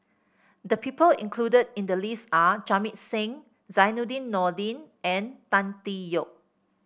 the people included in the list are Jamit Singh Zainudin Nordin and Tan Tee Yoke